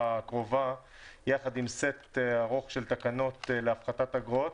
הקרובה יחד עם סט ארוך של תקנות להפחתת אגרות.